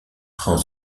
prend